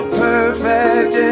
perfect